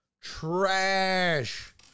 trash